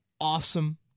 awesome